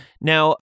Now